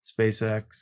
SpaceX